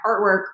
artwork